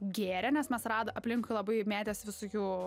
gėrė nes mes rado aplinkui labai mėtės visokių